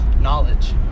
Knowledge